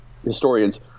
historians